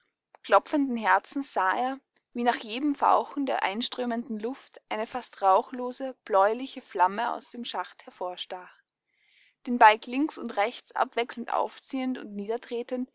klopfenden herzens sah er wie nach jedem fauchen der einströmenden luft eine fast rauchlose bläuliche flamme aus dem schacht hervorstach den balg links und rechts abwechselnd aufziehend und